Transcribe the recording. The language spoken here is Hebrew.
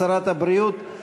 שרת הבריאות,